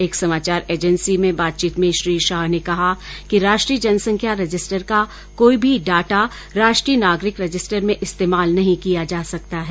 एक समाचार एजेंसी से बातचीत में श्री शाह ने कहा कि राष्ट्रीय जनसंख्या रजिस्टर का कोई भी डाटा राष्ट्रीय नागरिक रजिस्टर में इस्तेमाल नहीं किया जा सकता है